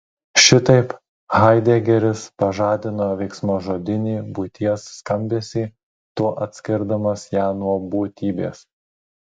šitaip haidegeris pažadino veiksmažodinį būties skambesį tuo atskirdamas ją nuo būtybės